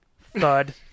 thud